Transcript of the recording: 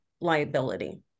liability